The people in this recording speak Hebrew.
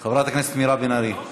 חברת הכנסת מירב בן ארי,